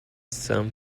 some